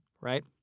right